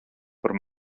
par